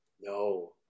no